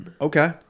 Okay